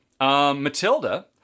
Matilda